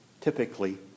typically